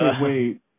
wait